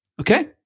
okay